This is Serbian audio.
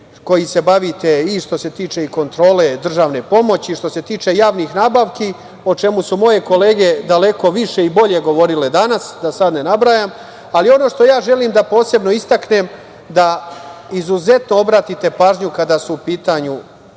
koji se bavite i što se tiče i kontrole državne pomoći i što se tiče javnih nabavki, o čemu su moje kolege daleko više i bolje govorile danas, da sada ne nabrajam, ali ono što ja želim da posebno istaknem, da izuzetno obratite pažnju kada su u pitanju